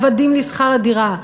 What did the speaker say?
עבדים לשכר הדירה,